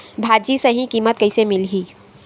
भाजी सही कीमत कइसे मिलही?